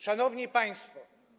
Szanowni Państwo!